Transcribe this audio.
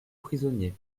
prisonnier